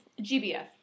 GBF